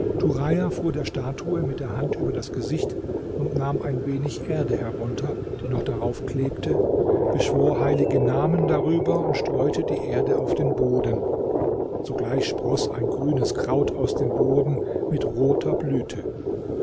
fuhr der statue mit der hand über das gesicht und nahm ein wenig erde herunter die noch darauf klebte beschwor heilige namen darüber und streute die erde auf den boden sogleich sproßte ein grünes kraut aus dem boden mit roter blüte